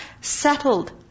settled